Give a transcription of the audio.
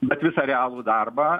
bet visą realų darbą